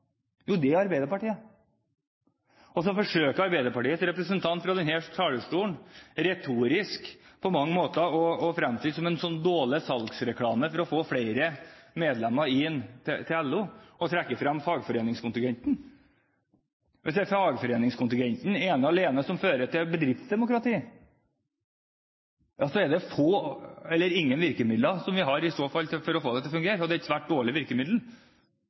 Jo, det er Arbeiderpartiet. Og så forsøker Arbeiderpartiets representant fra denne talerstolen retorisk, som en dårlig salgsreklame for å få flere medlemmer til LO, å trekke frem fagforeningskontingenten. Hvis det er fagforeningskontingenten ene og alene som fører til bedriftsdemokrati, har vi i så fall få, eller ingen, virkemidler for å få det til å fungere – det er et svært dårlig virkemiddel.